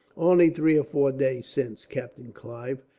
only three or four days since, captain clive.